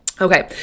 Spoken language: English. Okay